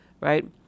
right